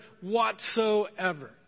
whatsoever